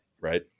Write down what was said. right